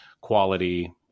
quality